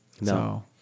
No